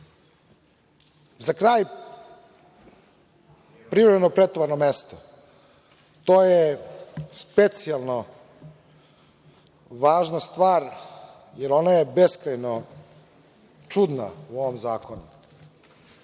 kraj, privremeno pretovarno mesto. To je specijalno važna stvar, jer ona je beskrajno čudna u ovom zakonu.